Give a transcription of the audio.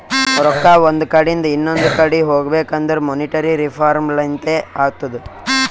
ರೊಕ್ಕಾ ಒಂದ್ ಕಡಿಂದ್ ಇನೊಂದು ಕಡಿ ಹೋಗ್ಬೇಕಂದುರ್ ಮೋನಿಟರಿ ರಿಫಾರ್ಮ್ ಲಿಂತೆ ಅತ್ತುದ್